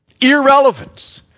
Irrelevance